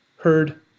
heard